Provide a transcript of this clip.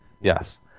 Yes